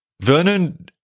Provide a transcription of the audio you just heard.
Vernon